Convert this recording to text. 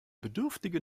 bedürftige